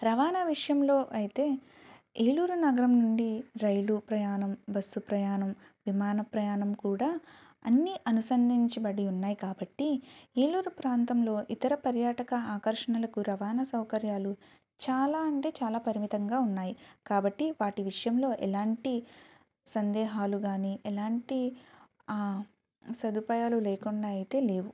రవాణా విషయంలో అయితే ఏలూరు నగరం నుండి రైలు ప్రయాణం బస్సు ప్రయాణం విమాన ప్రయాణం కూడా అన్నీ అనుసంధించబడి ఉన్నాయి కాబట్టి ఏలూరు ప్రాంతంలో ఇతర పర్యాటక ఆకర్షణలకు రవాణా సౌకర్యాలు చాలా అంటే చాలా పరిమితంగా ఉన్నాయి కాబట్టి వాటి విషయంలో ఎలాంటి సందేహాలు కానీ ఎలాంటి సదుపాయాలు లేకుండా అయితే లేవు